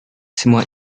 semua